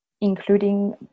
including